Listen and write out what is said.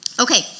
Okay